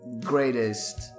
greatest